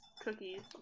Cookies